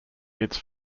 its